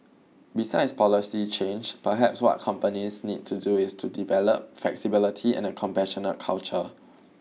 besides policy change perhaps what companies need to do is to develop flexibility and a compassionate culture